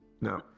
No